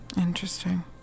Interesting